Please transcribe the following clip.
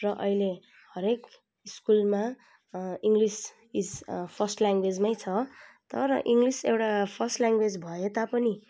र अहिले हरेक स्कुलमा इङ्ग्लिस इज फस्ट ल्याङग्वेजमै छ तर इङ्ग्लिस एउटा फस्ट ल्याङग्वेज भए तापनि